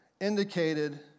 indicated